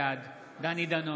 בעד דני דנון,